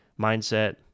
mindset